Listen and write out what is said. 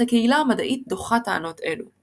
אך הקהילה המדעית דוחה טענות אלו.